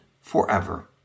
forever